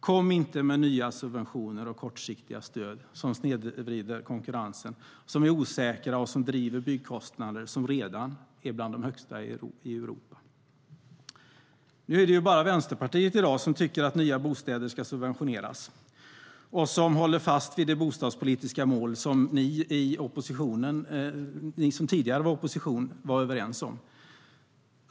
Kom inte med nya subventioner och kortsiktiga stöd som snedvrider konkurrensen, som är osäkra och som driver byggkostnaderna, som redan är bland de högsta i Europa! Det är ju bara Vänsterpartiet i dag som tycker att nya bostäder ska subventioneras och som håller fast vid det bostadspolitiska mål ni som tidigare var i opposition var överens om.